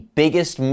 biggest